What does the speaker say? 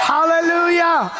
Hallelujah